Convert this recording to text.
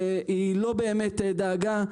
היא לא באמת דאגה.